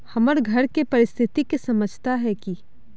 हमर घर के परिस्थिति के समझता है की?